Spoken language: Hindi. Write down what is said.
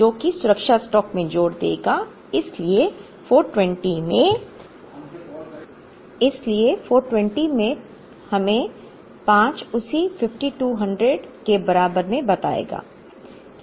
जो कि सुरक्षा स्टॉक में जोड़ देगा इसलिए 420 में 5 हमें उसी 5200 के बारे में बताएगा